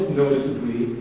noticeably